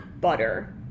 butter